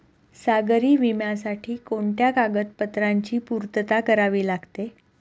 सागरी विम्यासाठी कोणत्या कागदपत्रांची पूर्तता करावी लागते?